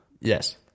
yes